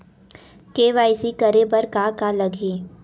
KYC करे बर का का लगही?